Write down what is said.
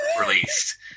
released